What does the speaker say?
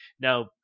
Now